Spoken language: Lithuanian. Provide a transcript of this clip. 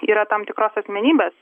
yra tam tikros asmenybės